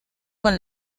con